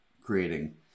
creating